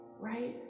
right